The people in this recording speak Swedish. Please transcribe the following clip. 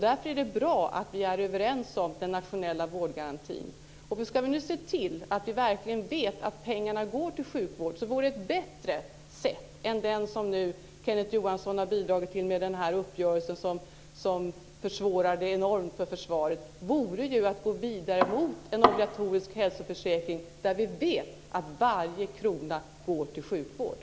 Därför är det bra att vi är överens om den nationella vårdgarantin. Ska vi nu se till att vi verkligen vet att pengarna går till sjukvård vore ett bättre sätt än det som Kenneth Johansson har bidragit till, i och med den uppgörelse som försvårar enormt för försvaret, att gå vidare mot en obligatorisk hälsoförsäkring där vi vet att varje krona går till sjukvården.